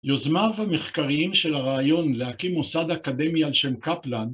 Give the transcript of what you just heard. יוזמיו המחקריים של הרעיון להקים מוסד אקדמי על שם קפלן